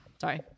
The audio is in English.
Sorry